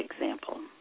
example